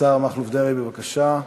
השר מכלוף דרעי, בבקשה.